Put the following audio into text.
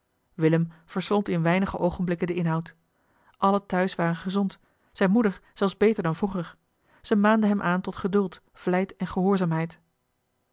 willem verslond in weinige oogenblikken den inhoud allen thuis waren gezond zijne moeder zelfs beter dan vroeger ze maande hem aan tot geduld vlijt en gehoorzaamheid